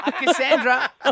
Cassandra